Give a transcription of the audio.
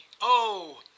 Oh